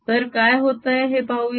तर काय होतंय हे पाहूया